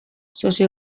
sozio